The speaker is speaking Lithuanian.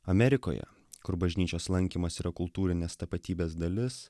amerikoje kur bažnyčios lankymas yra kultūrinės tapatybės dalis